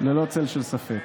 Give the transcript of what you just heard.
ללא צל של ספק.